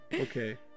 Okay